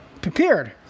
prepared